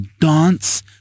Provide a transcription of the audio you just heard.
dance